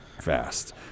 Fast